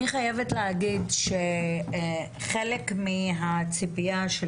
אני חייבת להגיד שחלק מהציפייה של